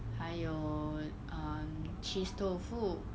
还有 um cheese tofu